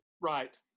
right